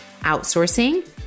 outsourcing